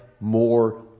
more